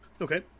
Okay